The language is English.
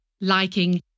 liking